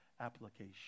application